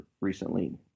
recently